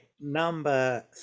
number